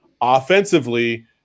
Offensively